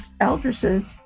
eldresses